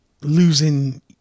losing